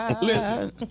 Listen